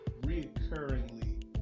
reoccurringly